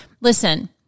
listen